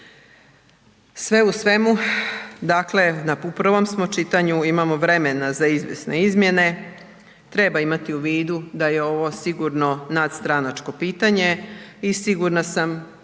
Sve u svemu, dakle u prvom smo čitanju, imamo vremena za izvjesne izmjene treba imati u vidu da je ovo sigurno nadstranačko pitanje i sigurna sam